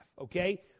okay